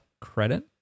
credit